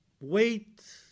wait